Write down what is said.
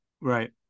Right